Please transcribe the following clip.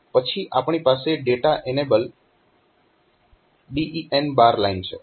પછી આપણી પાસે ડેટા એનેબલ DEN લાઇન છે